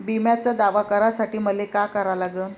बिम्याचा दावा करा साठी मले का करा लागन?